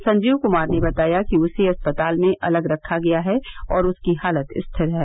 संजीव कुमार ने बताया उसे अस्पताल में अलग रखा गया है और उसकी हालत स्थिर है